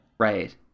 Right